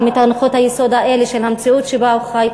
את הנחות היסוד האלה של המציאות שבה הוא חי,